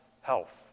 health